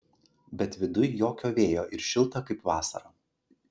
bet viduj jokio vėjo ir šilta kaip vasarą